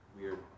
weird